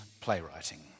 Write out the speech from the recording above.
playwriting